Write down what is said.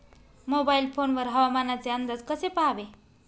Mobile phone वर हवामानाचे अंदाज कसे पहावे?